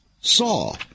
saw